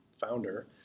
founder